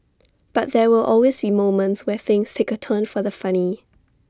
but there will always be moments where things take A turn for the funny